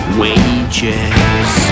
wages